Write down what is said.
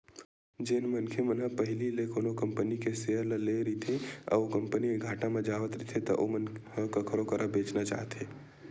जेन मनखे मन ह पहिली ले कोनो कंपनी के सेयर ल लेए रहिथे अउ ओ कंपनी ह घाटा म जावत रहिथे त ओमन ह कखरो करा बेंचना चाहथे